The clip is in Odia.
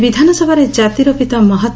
ଆକି ବିଧାନସଭାରେ ଜାତିର ପିତା ମହାମ୍